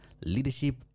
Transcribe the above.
leadership